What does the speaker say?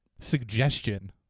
suggestion